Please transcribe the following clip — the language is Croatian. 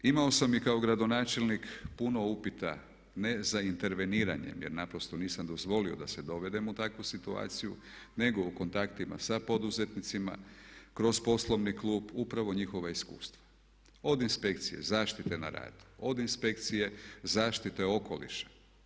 Imamo sam i kao gradonačelnik puno uputa ne za interveniranje jer naprosto nisam dozvolio da se dovedem u takvu situaciju nego u kontaktima sa poduzetnicima, kroz poslovni klub upravo njihova iskustva od inspekcije Zaštite na radu, od inspekcije Zaštite okoliša.